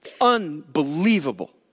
Unbelievable